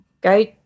go